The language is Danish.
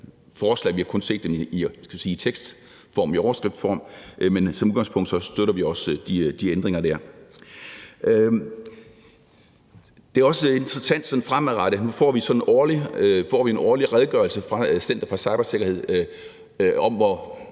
vi har kun set dem i overskriftsform, men som udgangspunkt støtter vi også de ændringer der. Det er også interessant, at vi nu fremadrettet får vi en årlig redegørelse fra Center for Cybersikkerhed om, hvor